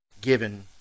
given